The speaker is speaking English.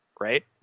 right